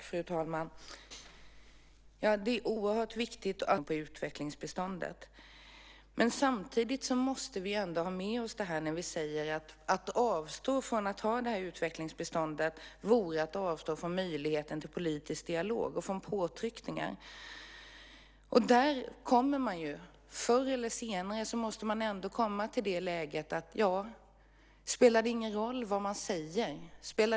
Fru talman! Det är oerhört viktigt att man i så fall försöker ändra inriktningen på utvecklingsbiståndet. Samtidigt måste vi ha med oss det här när vi säger att det vore att avstå från möjligheten till politisk dialog och påtryckningar, att avstå från utvecklingsbiståndet. Förr eller senare måste man ändå komma till ett läge där man ställer sig frågan om det är möjligt över huvud taget att ha en politisk dialog.